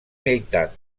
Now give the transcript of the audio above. meitat